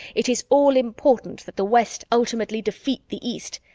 it is all-important that the west ultimately defeat the east.